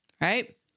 right